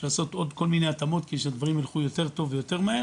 בשביל לעשות עוד כל מיני התאמות כדי שהדברים יילכו יותר טוב ויותר מהר